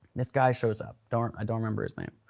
this guy shows up, don't don't remember his name.